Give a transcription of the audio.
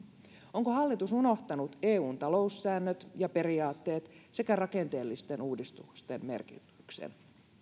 onko hallitus unohtanut eun taloussäännöt ja periaatteet sekä rakenteellisten uudistusten merkityksen